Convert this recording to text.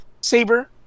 Saber